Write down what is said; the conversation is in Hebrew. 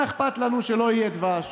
מה אכפת לנו שלא יהיה דבש?